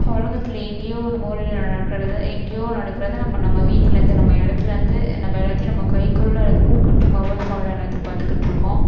உலகத்துல எங்கேயோ ஒரு மூலையில் நடக்கிறத எங்கேயோ நடக்கிறத நம்ம நம்ம வீட்லேருந்து நம்ம இடத்துலேந்து நம்ம எல்லாத்தையும் நம்ம கைக்குள்ளே இருக்கிற ஒரு குட்டி மொபைல் ஃபோனில் எல்லாத்தையும் பார்த்துக்கிட்ருக்கோம்